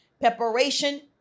Preparation